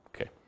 Okay